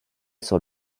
sur